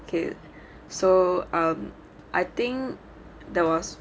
okay so um I think there was